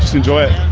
so enjoy it.